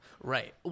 Right